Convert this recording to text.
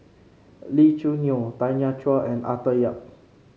Lee Choo Neo Tanya Chua and Arthur Yap